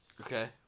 Okay